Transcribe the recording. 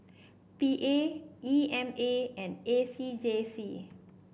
P A E M A and A C J C